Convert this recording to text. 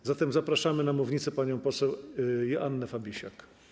A zatem zapraszamy na mównicę panią poseł Joannę Fabisiak.